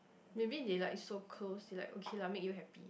maybe they like so close they like okay lah make you happy